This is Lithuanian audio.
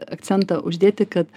akcentą uždėti kad